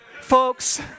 Folks